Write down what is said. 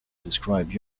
described